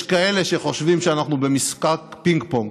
יש כאלה שחושבים שאנחנו במשחק פינג-פונג.